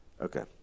Okay